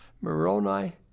Moroni